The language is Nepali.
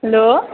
हेलो